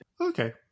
Okay